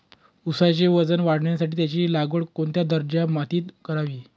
ऊसाचे वजन वाढवण्यासाठी त्याची लागवड कोणत्या दर्जाच्या मातीत करावी?